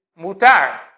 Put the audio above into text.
Mutar